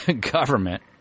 ...government